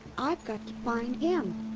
i've got to find him.